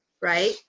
right